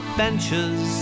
benches